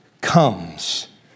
comes